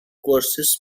courses